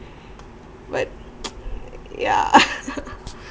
but yeah